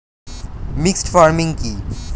Mixed farming কি?